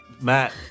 Matt